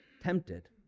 tempted